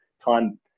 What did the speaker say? time